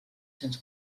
cents